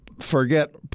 forget